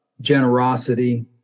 generosity